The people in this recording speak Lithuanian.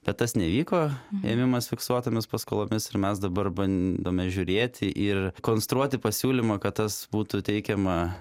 bet tas neįvyko ėmimas fiksuotomis paskolomis ir mes dabar bandome žiūrėti ir konstruoti pasiūlymą kad tas būtų teikiama